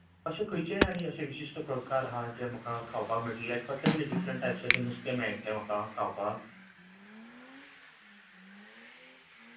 अशें खंयचें आनी अशें विशिश्ट प्रकार आसा जें म्हाका खावपाक मेळटलें कसलें तरी डिफरन्ट टाइपसाचें नुस्तें मेळटलें म्हाका खावपाक